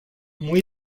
muy